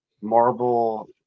marble